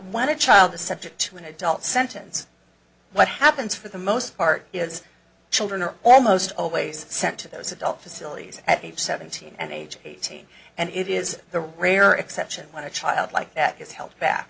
when a child the subject to an adult sentence what happens for the most part is children are almost always sent to those adult facilities at age seventeen and age eighteen and it is the rare exception when a child like that